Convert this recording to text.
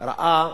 ראה